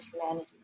humanity